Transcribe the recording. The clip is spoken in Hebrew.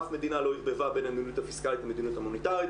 אף מדינה לא עירבבה בין המדיניות הפיסקלית לבין המדיניות המוניטרית,